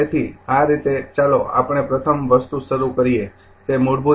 તેથી આ રીતે ચાલો આપણે પ્રથમ વસ્તુ શરૂ કરીએ તે મૂળભૂત ખ્યાલ છે